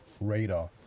radar